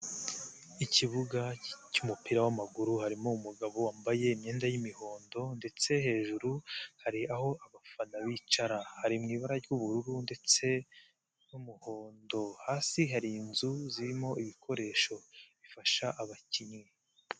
Ikibuga cy'umupira w'amaguru harimo umugabo wambaye imyenda y'umuhondo ndetse hejuru hari aho abafana bicara, hari mu ibara ry'ubururu ndetse n'umuhondo, hasi hari inzu zirimo ibikoresho, bifasha abakinnyi.